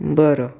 बरं